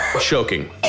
Choking